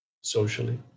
socially